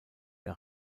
der